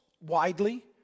widely